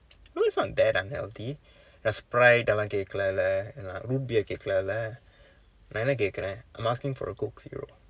no it's not that unhealthy நான்:naan Sprite எல்லாம் கேட்கவில்லை:ellaam keetkavillai leh நான்:naan root beer கேட்கவில்லை:keetkavillai leh நான் என்ன கேட்கிறேன்:naan enna keetkireen I'm asking for a Coke zero